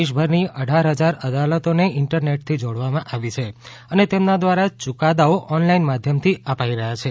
દેશભરની અઢાર હજાર અદાલતોને ઇન્ટરનેટથી જોડવામાં આવી છે અને તેમના દ્વારા ચુકાદાઓ ઓનલાઇન માધ્યમથી અપાઇ રહ્યાં છે